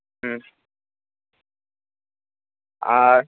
হুম আর